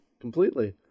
Completely